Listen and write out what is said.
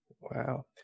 Wow